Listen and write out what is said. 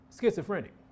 schizophrenic